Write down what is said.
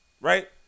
right